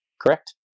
Correct